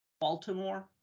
Baltimore